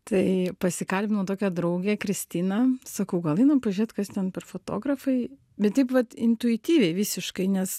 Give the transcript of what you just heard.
tai pasikalbinau tokią draugę kristiną sakau gal einam pažiūrėt kas ten per fotografai bet taip vat intuityviai visiškai nes